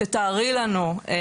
תתארי לנו את